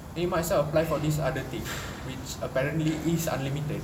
you might as well apply for this other thing which apparently is unlimited